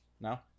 No